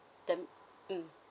term mm